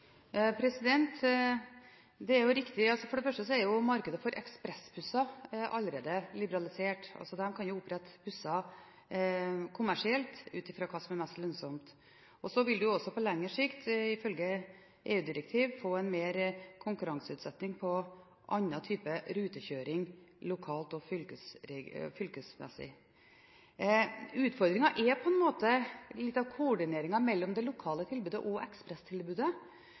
For det første er markedet for ekspressbusser allerede liberalisert. En kan altså opprette busstilbud kommersielt ut ifra hva som er mest lønnsomt. Og så vil en også på lengre sikt, ifølge EU-direktiv, få mer konkurranseutsetting på annen type rutekjøring lokalt og fylkesmessig. Utfordringen er på en måte litt av koordineringen mellom det lokale tilbudet og ekspresstilbudet.